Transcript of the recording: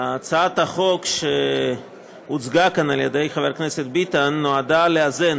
הצעת החוק שהוצגה כאן על ידי חבר הכנסת ביטן נועדה לאזן